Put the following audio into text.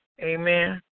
Amen